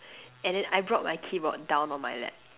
and then I brought my keyboard down on my lap